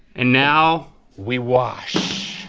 and now we wash.